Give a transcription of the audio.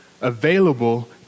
available